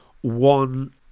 one